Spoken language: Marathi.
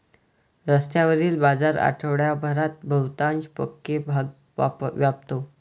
रस्त्यावरील बाजार आठवडाभरात बहुतांश पक्के भाग व्यापतो